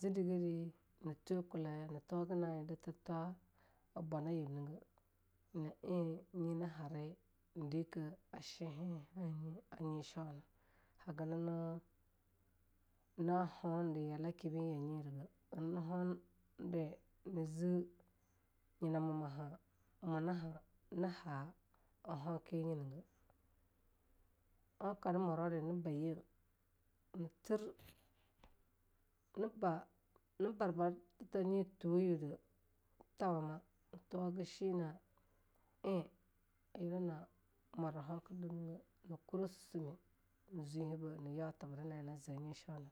zidigede na toe kule na tuwage na'ei a datir twa a bona yirnege yina ei nyi hara endike a shehahayi a nyi shoena, hagenne-na hoede yalakebi en yanyerege, hagana hoede na ji nyenamomahae munana na ha-a hoekanyinega. hoeka hana morode na baye ne thir-ne bane barbaka nyi a tuwo yauede thawama ne tuwa ge shina ei a yura na-mora hoeka dinke na kure susume ne zwihebe ne yauthaba nyena na'ei na zae nyi shoena.